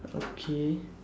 okay